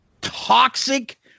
toxic